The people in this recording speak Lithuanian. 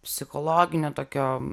psichologinio tokio